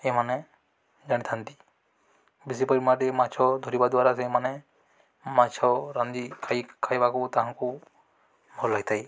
ଏମାନେ ଜାଣିଥାନ୍ତି ବେଶି ପରିମାଣରେ ମାଛ ଧରିବା ଦ୍ୱାରା ସେମାନେ ମାଛ ରାନ୍ଧି ଖାଇ ଖାଇବାକୁ ତାହାଙ୍କୁ ଭଲ ଲାଗିଥାଏ